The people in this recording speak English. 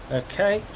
okay